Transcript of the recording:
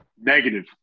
Negative